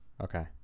Okay